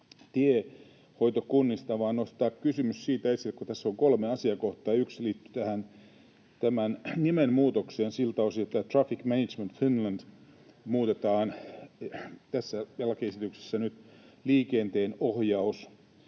tiehoitokunnista, vaan nostaa esille kysymys siitä, kun tässä on kolme asiakohtaa, ja yksi liittyy tämän nimen muutokseen siltä osin, että tämä Traffic Management Finland muutetaan tässä lakiesityksessä nyt Liikenteenohjausyhtiö